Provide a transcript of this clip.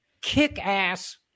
kick-ass